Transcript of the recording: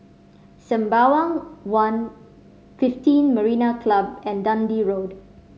Sembawang One fifteen Marina Club and Dundee Road